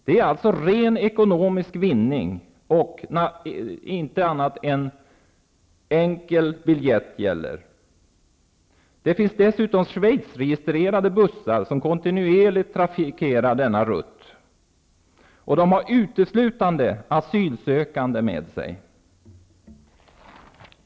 Det är fråga om ren ekonomisk vinning. Ingenting annat än enkel biljett gäller. Dessutom finns Schweizregistrerade bussar som kontinuerligt trafikerar denna rutt. De har uteslutande asylsökande med sig.